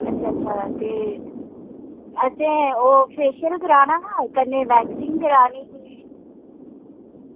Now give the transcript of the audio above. अच्छा अच्छा ते असें ओह् फेशियल कराना हा कन्नै वैक्सिंग करानी ही